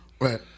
Right